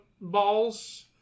balls